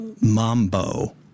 mambo